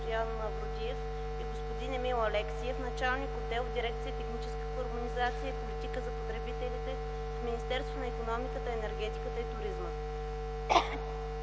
Благодаря.